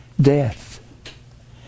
death